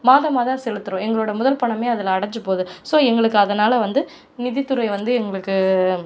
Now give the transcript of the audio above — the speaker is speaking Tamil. மாதமாதம் செலுத்துகிறோம் எங்களோடய முதல் பணமே அதில் அடைஞ்சு போது ஸோ எங்களுக்கு அதனால் வந்து நிதித்துறை வந்து எங்களுக்கு